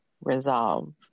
resolve